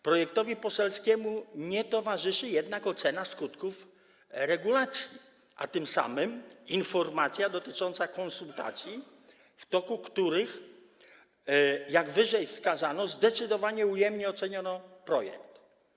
Projektowi poselskiemu nie towarzyszy jednak ocena skutków regulacji, a tym samym informacja dotycząca konsultacji, w toku których, jak wyżej wskazano, zdecydowanie ujemnie oceniono projekt.